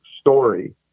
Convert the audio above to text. story